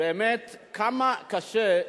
רק רגע, שנייה אחת.